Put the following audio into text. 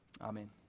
Amen